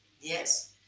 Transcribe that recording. Yes